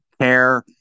care